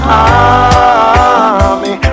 army